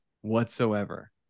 whatsoever